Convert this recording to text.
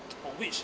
on which